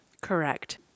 Correct